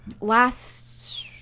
last –